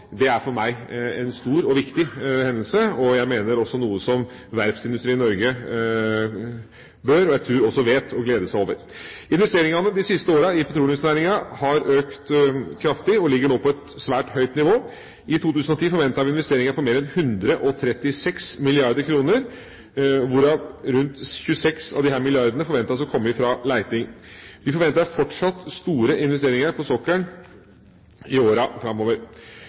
er for meg en stor og viktig hendelse, og noe som jeg mener også verftsindustrien i Norge bør og – jeg tror også – vet å glede seg over. Investeringene de siste årene i petroleumsnæringa har økt kraftig og ligger nå på et svært høyt nivå. I 2010 forventer vi investeringer for mer enn 136 mrd. kr, hvorav rundt 26 av disse milliardene forventes å komme fra leting. Vi forventer fortsatt store investeringer på sokkelen i årene framover.